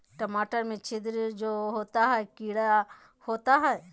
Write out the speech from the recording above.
टमाटर में छिद्र जो होता है किडा होता है?